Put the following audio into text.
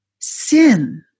sin